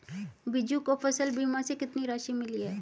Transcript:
बीजू को फसल बीमा से कितनी राशि मिली है?